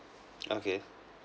okay